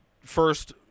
first